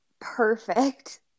perfect